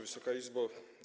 Wysoka Izbo!